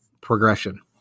progression